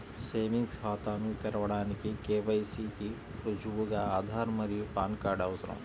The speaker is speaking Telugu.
సేవింగ్స్ ఖాతాను తెరవడానికి కే.వై.సి కి రుజువుగా ఆధార్ మరియు పాన్ కార్డ్ అవసరం